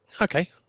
okay